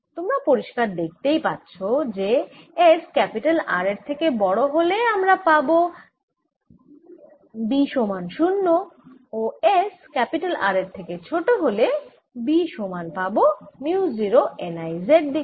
তোমরা পরিষ্কার দেখতেই পাচ্ছ যে s R এর থেকে বড় হলে আমরা পাবো B সমান 0 ও s R এর থেকে ছোট হলে B সমান পাবো মিউ 0 n I z দিকে